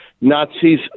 Nazis